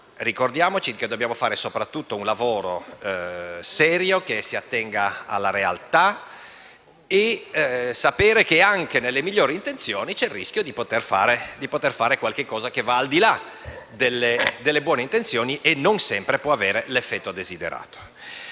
ricordiamoci che dobbiamo fare soprattutto un lavoro serio, che si attenga alla realtà, e sapere che anche con le migliori intenzioni si corre il rischio di fare qualcosa che vada al di là delle buone intenzioni, che non sempre può avere l'effetto desiderato.